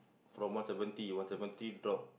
from one seventy one seventy drop